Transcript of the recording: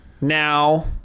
now